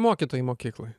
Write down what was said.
mokytojai mokykloj